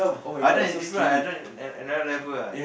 Adam is different ah another level ah